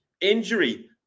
injury